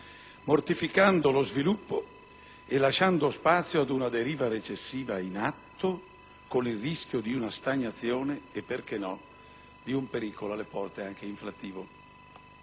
mortificando lo sviluppo e lasciando spazio ad una deriva recessiva in atto con il rischio di una stagnazione e, perché no, di un pericolo, alle porte, anche inflattivo.